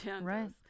Right